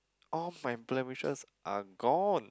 all my blemishes are gone